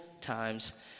times